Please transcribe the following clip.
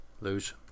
lose